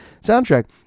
soundtrack